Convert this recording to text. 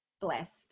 blessed